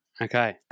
Okay